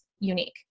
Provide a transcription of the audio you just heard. Unique